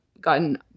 gotten